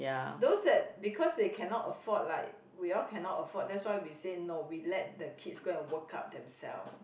those that because they cannot afford like we all cannot afford that's why we say no we let the kids go and work up themselves